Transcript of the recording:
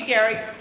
gary,